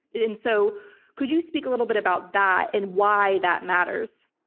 and so could you speak a little bit about that and why that matters?